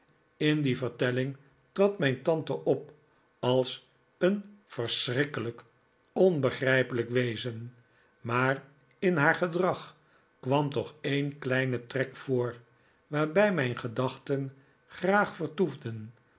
in die vertelling trad mijn tante op als een verschrikkelijk onbegrijpelijk wezen maar in haar gedrag kwam toch een kleine trek voor waarbij mijn gedachten graag vertoefden